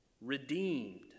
redeemed